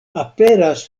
aperas